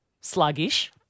sluggish